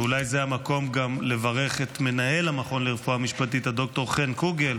אולי זה המקום גם לברך את מנהל המכון לרופאה משפטית ד"ר חן קוגל,